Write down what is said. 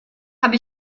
habe